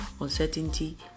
uncertainty